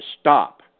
stop